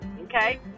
okay